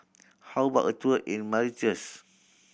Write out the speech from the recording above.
how about a tour in Mauritius